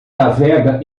navega